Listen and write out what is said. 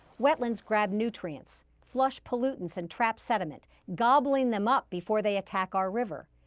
wetlands grab nutrients, flush pollutants, and trap sediment, gobbling them up before they attack our river.